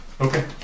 Okay